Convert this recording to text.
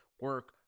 Work